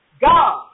God